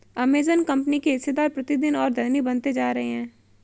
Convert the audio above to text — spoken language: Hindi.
अमेजन कंपनी के हिस्सेदार प्रतिदिन और धनी बनते जा रहे हैं